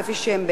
כפי שהן באמת,